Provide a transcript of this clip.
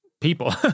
people